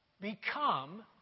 Become